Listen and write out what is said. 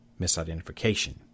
misidentification